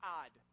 odd